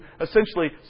essentially